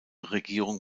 regierung